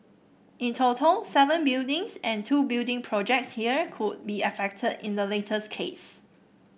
in total seven buildings and two building projects here could be affected in the latest case